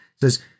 says